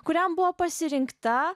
kuriam buvo pasirinkta